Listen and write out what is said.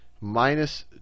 minus